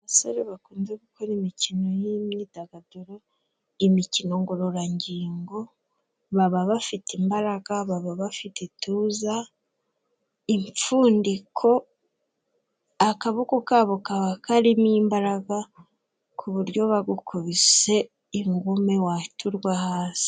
Abasore bakunze gukora imikino y'imyidagaduro, imikino ngororangingo, baba bafite imbaraga, baba bafite ituza, impfundiko, akaboko kabo kaba karimo imbaraga, ku buryo bagukubise ingumi wahita ugwa hasi.